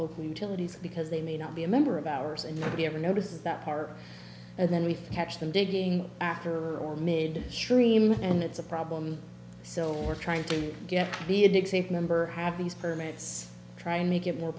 local utilities because they may not be a member of ours and nobody ever notices that part and then we catch them digging after or made sure e mail and it's a problem so we're trying to get to be a big safe number have these permits try to make it more